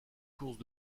course